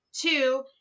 Two